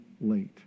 late